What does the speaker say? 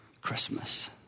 Christmas